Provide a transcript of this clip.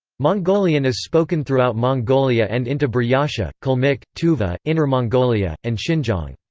mongolian is spoken throughout mongolia and into buryatia, kalmyk, tuva, inner mongolia, and xinjiang.